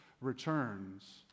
returns